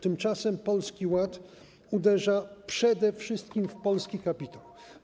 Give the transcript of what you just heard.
Tymczasem Polski Ład uderza przede wszystkim w polski kapitał.